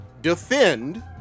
defend